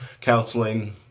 counseling